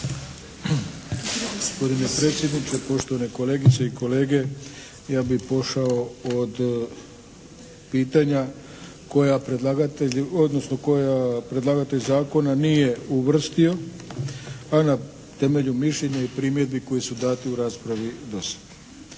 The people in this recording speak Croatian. Gospodine predsjedniče, poštovane kolegice i kolege. Ja bih pošao od pitanja koja predlagatelj, odnosno koja predlagatelj zakona nije uvrstio, a na temelju mišljenja i primjedbi koje su date u raspravi do sada.